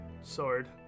sword